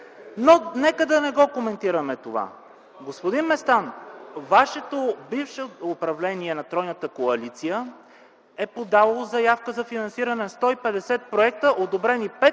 Но нека да не коментираме това. Господин Местан, Вашето бивше управление на тройната коалиция е подало заявка за финансиране на 150 проекта, одобрени 5,